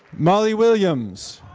molly williams,